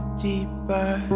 deeper